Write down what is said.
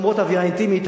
למרות האווירה האינטימית,